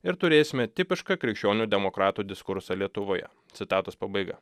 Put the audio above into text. ir turėsime tipišką krikščionių demokratų diskursą lietuvoje citatos pabaiga